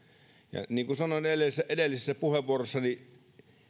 ja niin kuin sanoin edellisessä edellisessä puheenvuorossani